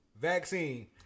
vaccine